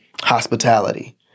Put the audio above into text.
hospitality